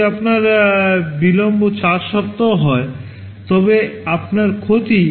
যদি আপনার বিলম্ব 4 সপ্তাহ হয় তবে আপনার ক্ষতি 22 হয়ে যায়